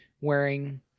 wearing